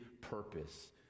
purpose